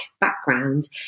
background